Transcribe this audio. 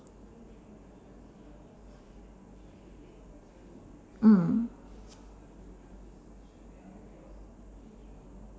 mm